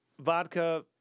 vodka